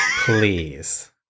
please